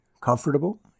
comfortable